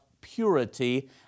purity